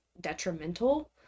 detrimental